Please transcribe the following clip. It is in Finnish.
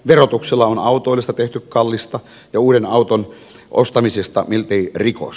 verotuksella on autoilusta tehty kallista ja uuden auton ostamisesta miltei rikos